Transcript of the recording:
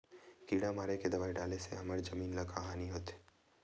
किड़ा मारे के दवाई डाले से हमर जमीन ल का हानि होथे?